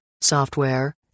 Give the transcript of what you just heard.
software